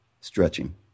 stretching